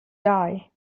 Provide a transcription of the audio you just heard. die